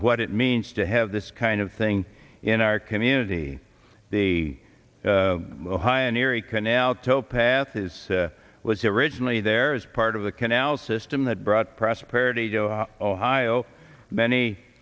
what it means to have this kind of thing in our community the high in erie canal towpath is was originally there as part of the canal system that brought prosperity joe ohio many